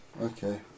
Okay